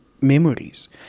memories